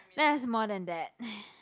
then it's more than that